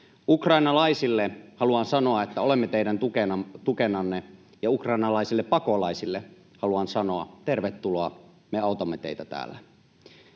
Ukrainalaisille haluan sanoa, että olemme teidän tukenanne, ja ukrainalaisille pakolaisille haluan sanoa: tervetuloa, me autamme teitä täällä.